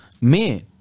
Men